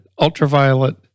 ultraviolet